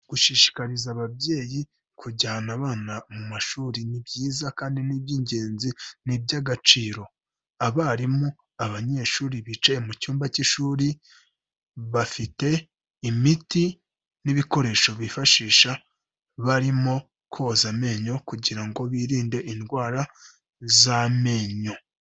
Gushishikariza ababyeyi kujyana abana mu mashuri ni byiza kandi ni iby'ingenzi, ni iby'agaciro. Abarimu, abanyeshuri bicaye mu cyumba cy'ishuri bafite imiti n'ibikoresho bifashisha barimo koza amenyo kugira ngo birinde indwara z'amenyo.